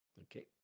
Okay